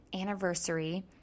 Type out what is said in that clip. anniversary